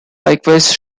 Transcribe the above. likewise